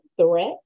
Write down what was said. threat